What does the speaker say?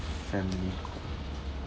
family combo